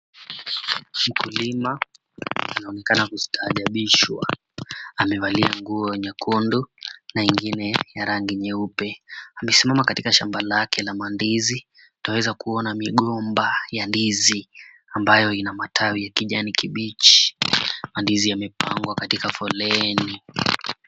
Mkulima anayeonekana kustaajabishwa, amevalia nguo nyekundu na ingine ya rangi nyeupe. Amesimama katika shamba lake la mandizi, twaeza kuona migomba ya ndizi ambayo ina matawi ya kijani kibichi. Mandizi yamepangwa katika foleni.